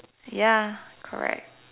ya correct